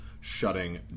shutting